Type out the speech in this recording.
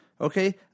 Okay